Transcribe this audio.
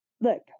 look